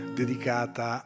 dedicata